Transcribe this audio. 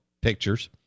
pictures